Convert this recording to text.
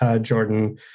Jordan